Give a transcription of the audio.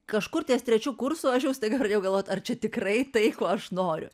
kažkur ties trečiu kursu aš jau staiga pradėjau galvot ar čia tikrai tai ko aš noriu